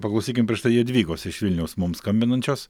paklausykim prieš tai jadvygos iš vilniaus mums skambinančios